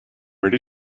where